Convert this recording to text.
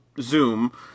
Zoom